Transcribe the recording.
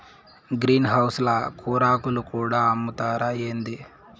green house ల కూరాకులు కూడా అమ్ముతారా ఏంది